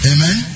Amen